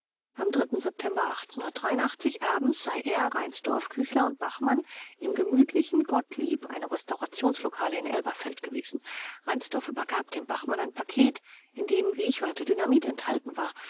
am september abends sei er reinsdorf küchler und bachmann im gemütlichen gottlieb einem restaurationslokale in elberfeld gewesen reinsdorf übergab dem bachmann ein paket in dem wie ich hörte dynamit enthalten war